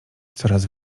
coraz